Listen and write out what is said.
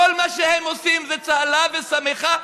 כל מה שהם עושים זה צהלה ושמחה,